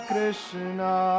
Krishna